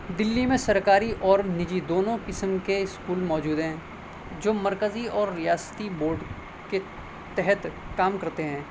دلّی میں سرکاری اور نجی دونوں قسم کے اسکول موجود ہیں جو مرکزی اور ریاستی بورڈ کے تحت کام کرتے ہیں